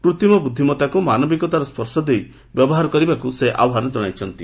କୃତ୍ରିମ ବୃଦ୍ଧିମତାକୁ ମାନବିକତାର ସ୍ୱର୍ଶ ଦେଇ ବ୍ୟବହାର କରିବାକୁ ସେ ଆହ୍ୱାନ ଜଣାଇଛନ୍ତି